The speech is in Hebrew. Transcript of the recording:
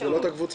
זה לא מתאים.